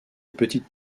petites